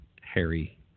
Harry